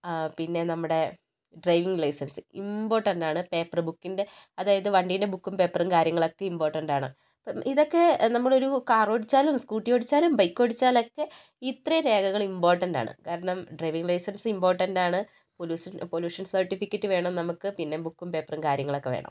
പിന്നെ നമ്മുടെ driving licence important ആണ് പേപ്പർ ബുക്കിൻറ്റെ അതായത് വണ്ടിടെ ബുക്കും പേപ്പറും കാര്യങ്ങളും ഒക്കെ ഇമ്പോർട്ടൻറ്റ് ആണ് അപ്പോൾ ഇതൊക്കെ നമ്മളൊരു കാറോടിച്ചാലും സ്കൂട്ടി ഓടിച്ചാലും ബൈക്ക് ഓടിച്ചാലൊക്കെ ഇത്രയും രേഖകൾ ഇമ്പോർട്ടൻറ്റ് ആണ് കാരണം ഡ്രൈവിംഗ് ലൈസൻസ് ഇമ്പോർട്ടൻറ്റ് ആണ് പൊല്യൂസൻ പൊല്യൂഷൻ സർട്ടിഫിക്കേറ്റ് വേണം നമുക്ക് പിന്നെ ബുക്കും പേപ്പറും കാര്യങ്ങളുമൊക്കെ വേണം